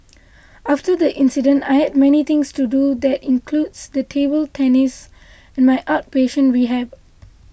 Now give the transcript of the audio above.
after the accident I have many things to do and that includes table tennis and my outpatient rehab